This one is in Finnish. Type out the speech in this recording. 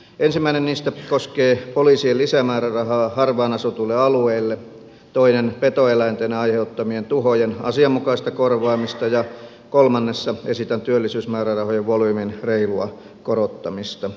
ensimmäinen niistä koskee poliisien lisämäärärahaa harvaan asutuille alueille toinen petoeläinten aiheuttamien tuhojen asianmukaista korvaamista ja kolmannessa esitän työllisyysmäärärahojen volyymin reilua korottamista